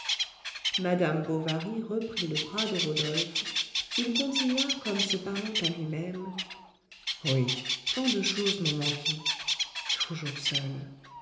madame bovary reprit le bras de rodolphe il continua comme se parlant à lui-même oui tant de choses m'ont manqué toujours seul